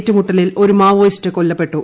ഏറ്റുമുട്ടലിൽ ഒരു മാവോയിസ്റ്റ് കൊല്ലപ്പെട്ടു